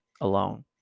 alone